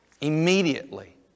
Immediately